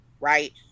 right